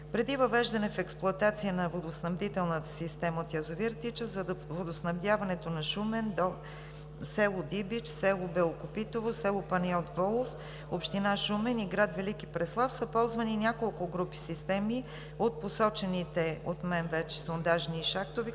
Преди въвеждане в експлоатация на водоснабдителната система от язовир „Тича“ за водоснабдяването на Шумен, село Дибич, село Белокопитово, село Панайот Волов – община Шумен, и град Велики Преслав са ползвани няколко групи системи от посочените от мен вече сондажни и шахтови